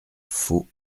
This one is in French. faux